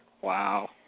Wow